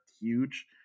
huge